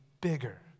bigger